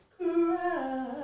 cry